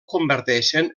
converteixen